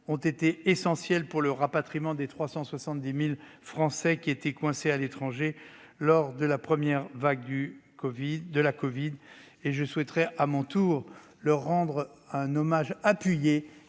ont été essentiels pour le rapatriement des 370 000 Français coincés à l'étranger lors de la première vague de la covid. Je souhaite, moi aussi, leur rendre un hommage appuyé,